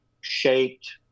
shaped